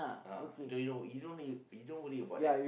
uh you don't wo~ you don't wo~ you don't worry about that